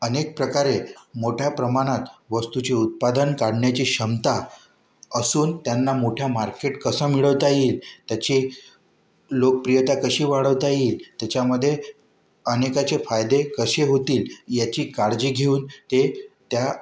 अनेक प्रकारे मोठ्या प्रमाणात वस्तूची उत्पादन काढण्याची क्षमता असून त्यांना मोठ्या मार्केट कसा मिळवता येईल त्याची लोकप्रियता कशी वाढवता येईल त्याच्यामध्ये अनेकाचे फायदे कसे होतील याची काळजी घेऊन ते त्या